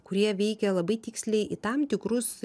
kurie veikia labai tiksliai į tam tikrus